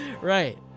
Right